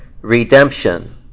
redemption